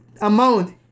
amount